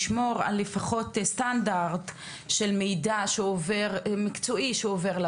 אז נא לשמור לפחות על הסטנדרט של מידע מקצועי שעובר אל